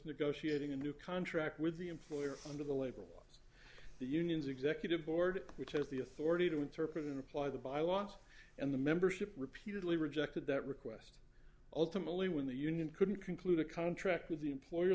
negotiating a new contract with the employer under the label the union's executive board which has the authority to interpret and apply the bylaws and the membership repeatedly rejected that request ultimately when the union couldn't conclude a contract with the employer